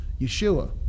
Yeshua